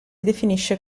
definisce